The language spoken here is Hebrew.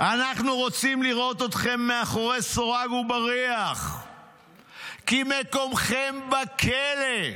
"אנחנו רוצים לראות אתכם מאחורי סורג ובריח כי מקומכם בכלא".